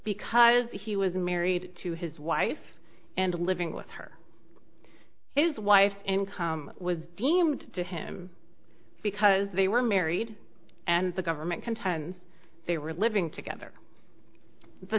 because he was married to his wife and living with her his wife's income was deemed to him because they were married and the government contends they were living together